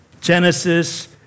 Genesis